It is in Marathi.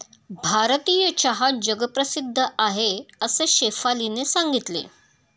भारतीय चहा जगप्रसिद्ध आहे असे शेफालीने सांगितले